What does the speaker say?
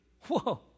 Whoa